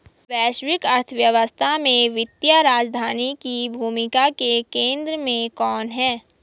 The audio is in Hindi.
वैश्विक अर्थव्यवस्था में वित्तीय राजधानी की भूमिका के केंद्र में कौन है?